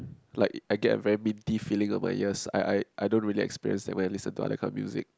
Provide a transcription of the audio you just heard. like I get a very minty feeling on my ears I I I don't really experience that when I listen to other kind of music